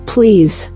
Please